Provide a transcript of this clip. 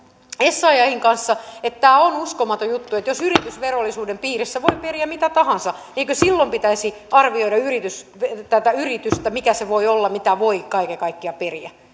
essayahin kanssa että tämä on uskomaton juttu jos yritysvarallisuuden piirissä voi periä mitä tahansa eikö silloin pitäisi arvioida tätä yritystä mikä se voi olla mitä voi kaiken kaikkiaan periä